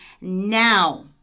now